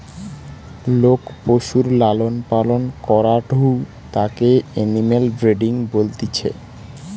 লোক পশুর লালন পালন করাঢু তাকে এনিম্যাল ব্রিডিং বলতিছে